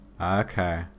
Okay